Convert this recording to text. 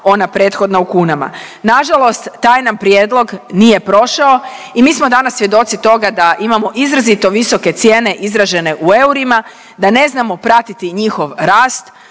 ona prethodna u kunama. Na žalost taj nam prijedlog nije prošao i mi smo danas svjedoci toga da imamo izrazito visoke cijene izražene u eurima, da ne znamo pratiti njihov rast,